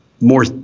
more